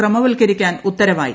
ക്രമവത്ക്കരിക്കാൻ ഉത്തരവായി